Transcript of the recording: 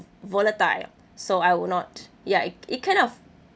volatile so I will not ya it it kind of